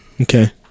okay